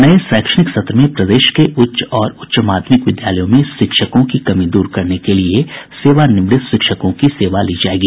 नये शैक्षणिक सत्र में प्रदेश के उच्च और उच्च माध्यमिक विद्यालयों में शिक्षकों की कमी दूर करने के लिए सेवानिवृत्त शिक्षकों की सेवा ली जायेंगी